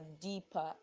deeper